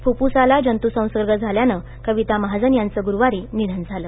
फु फुसाला जंतूसंसग झा यानं कविता महाजन यांचं गू वारी निधन झालं